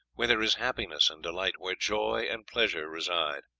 where there is happiness and delight where joy and pleasure reside.